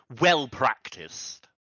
well-practiced